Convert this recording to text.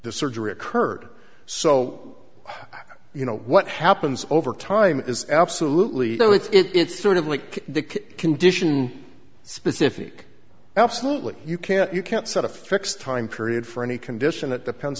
the surgery occurred so you know what happens over time is absolutely so it's sort of like the condition specific absolutely you can't you can't set a fixed time period for any condition it depends